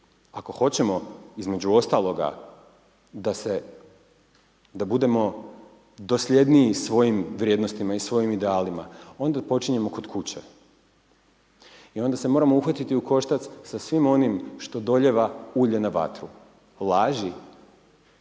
Ako hoćemo između ostaloga da budemo dosljedniji svojim vrijednostima i svojim idealima, onda počinjemo kod kuće. I onda se moramo uhvatiti u koštac s svim onim što dolijeva ulje na vatru. Laži